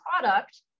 product